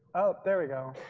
there we go,